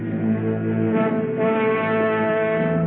you know wh